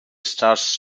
starts